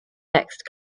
next